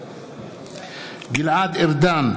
גלעד ארדן,